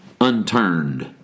unturned